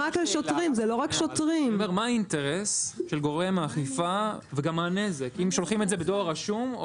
מה האינטרס של גורם האכיפה וגם מה הנזק אם שולחים את זה בדואר רשום?